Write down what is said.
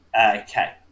Okay